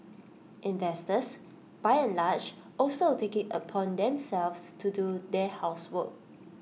investors by and large also take IT upon themselves to do their housework